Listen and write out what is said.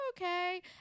okay